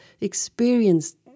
experienced